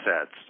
sets